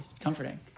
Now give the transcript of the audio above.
comforting